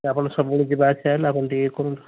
ଆପଣ ସବୁବେଳେ ଯିବା ଆସିବା କଲେ ଆପ ଟିକିଏ ଇଏ କରନ୍ତୁ